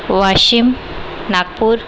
Washim Nagpur